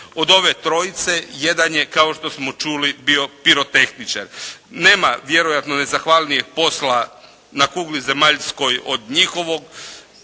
Od ove trojice jedan je kao što smo čuli bio pirotehničar. Nema vjerojatno nezahvalnijeg posla na kugli zemaljskoj od njihovog